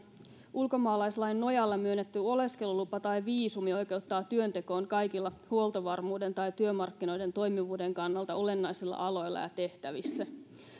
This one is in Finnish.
ulkomaalaislain nojalla myönnetty oleskelulupa tai viisumi oikeuttaa työntekoon kaikilla huoltovarmuuden tai työmarkkinoiden toimivuuden kannalta olennaisilla aloilla ja tällaisissa tehtävissä